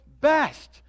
best